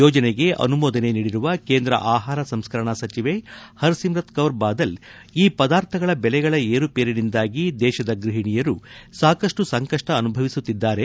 ಯೋಜನೆಗೆ ಅನುಮೋದನೆ ನೀಡಿರುವ ಕೇಂದ್ರ ಆಹಾರ ಸಂಸ್ಕರಣಾ ಸಚಿವೆ ಹರ್ಸಿಮುತ್ ಕೌರ್ ಬಾದಲ್ ಈ ಪದಾರ್ಥಗಳ ಬೆಲೆಗಳ ಏರುಪೇರಿನಿಂದಾಗಿ ಗ್ಟಿಣಿಯರು ಸಾಕಷ್ಟು ಸಂಕಷ್ಷ ಅನುಭವಿಸುತ್ತಿದ್ದಾರೆ